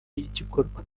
y’igikorwa